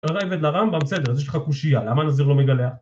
הראב"ד לרמב"ם, בסדר, אז יש לך קושייה, למה נזיר לא מגלח?